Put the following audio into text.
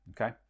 Okay